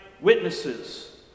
witnesses